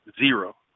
zero